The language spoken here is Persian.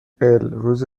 الروز